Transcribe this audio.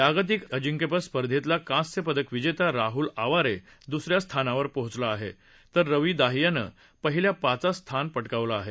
जागतिक अजिंक्यपद स्पर्धेतला कांस्य पदक विजेता राहुल आवारे दुसऱ्या स्थानावर पोहोचला आहे तर रवी दहियानं पहिल्या पाचात स्थान पटकावलं आहे